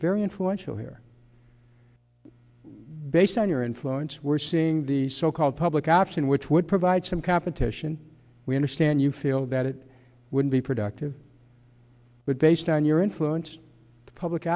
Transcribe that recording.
very influential here based on your influence we're seeing the so called public option which would provide some competition we understand you feel that it would be productive but based on your influence the public